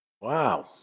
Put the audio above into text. Wow